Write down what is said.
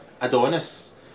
Adonis